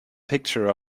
picture